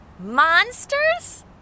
Monsters